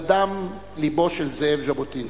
נדם לבו של זאב ז'בוטינסקי.